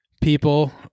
people